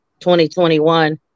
2021